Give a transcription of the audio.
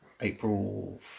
April